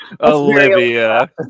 Olivia